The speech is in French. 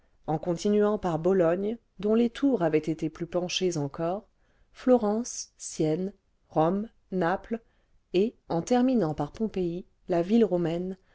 en continuant par bologne dont les tours avaient été plus penchées encore florence sienne rome naples et en termile vingtième siècle nant par pompêi la ville romaine